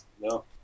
No